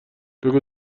بگو